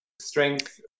Strength